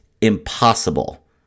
Impossible